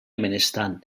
benestant